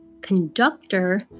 conductor